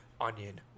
onion